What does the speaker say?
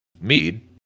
mead